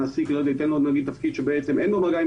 המעסיק ייתן לו תפקיד שבעצם אין לו מגע עם